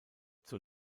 zur